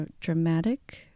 dramatic